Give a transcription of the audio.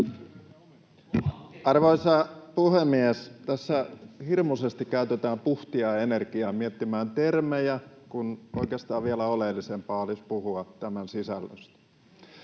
Arvoisa puhemies! Tässä hirmuisesti käytetään puhtia ja energiaa termien miettimiseen, kun oikeastaan vielä oleellisempaa olisi puhua tämän sisällöstä.